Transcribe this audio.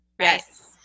Yes